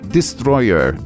Destroyer